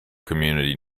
community